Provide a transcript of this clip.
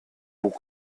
bug